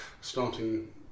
starting